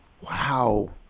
Wow